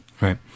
Right